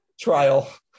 Trial